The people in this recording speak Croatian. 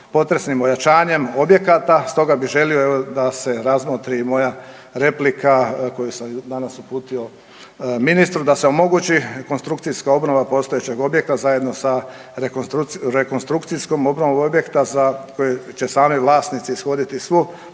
potresnim pojačanjem objekata, stoga bih želio da se razmotri i moja replika koju sam danas uputio ministru da se omogući konstrukcijska obnova postojećeg objekta zajedno sa rekonstrukcijskom obnovom objekta za koji će sami vlasnici ishoditi svu